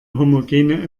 homogene